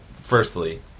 firstly